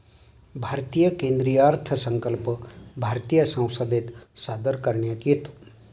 भारतीय केंद्रीय अर्थसंकल्प भारतीय संसदेत सादर करण्यात येतो